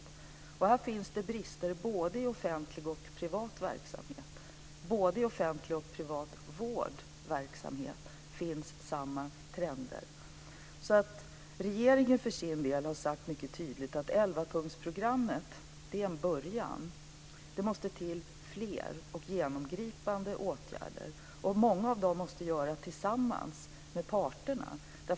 Här finns det brister i både offentlig och privat verksamhet. Både i offentlighet och privat vårdverksamhet finns samma trender. Regeringen har för sin del sagt mycket tydligt att elvapunktsprogrammet är en början, att det måste till fler och genomgripande åtgärder. Många av dem måste vi vidta tillsammans med parterna.